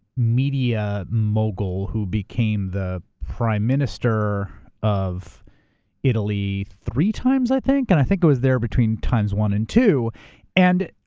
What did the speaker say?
media mogul who became the prime minister of italy three times, i think. and i think i was there between times one and two. and